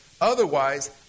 otherwise